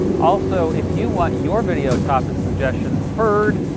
also, if you want your video topic suggestion heard,